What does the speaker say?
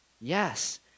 Yes